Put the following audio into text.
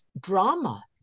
drama